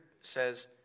says